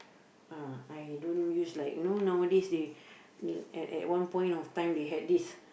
ah I don't use like you know nowadays they at at one point of time they had this